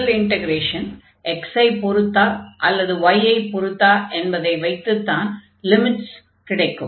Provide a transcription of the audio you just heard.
முதல் integration x ஐ பொருத்தா அல்லது y ஐ பொருத்தா என்பதை வைத்துத்தான் லிமிட்ஸ் கிடைக்கும்